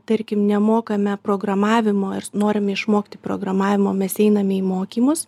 tarkim nemokame programavimo ir norime išmokti programavimo mes einame į mokymus